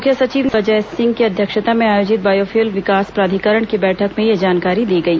मुख्य सचिव अजय सिंह की अध्यक्षता में आयोजित बायोफ्यूल विकास प्राधिकरण की बैठक में यह जानकारी दी गई